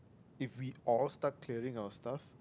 if we all start clearing our stuff